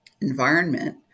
environment